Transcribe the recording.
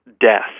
death